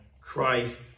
Christ